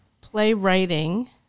playwriting